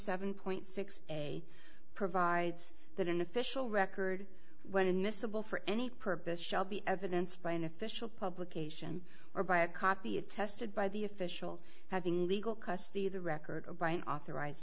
seven point six a provides that an official record when admissible for any purpose shall be evidence by an official publication or by a copy attested by the official having legal custody of the record or by an authorized